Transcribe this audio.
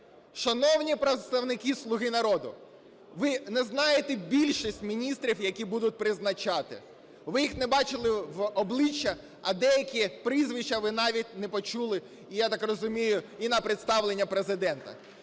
Шановні представники "Слуги народу", ви не знаєте більшості міністрів, яких будуть призначати. Ви їх не бачили в обличчя, а деякі прізвища ви навіть не почули, я так розумію, і на представлення Президента.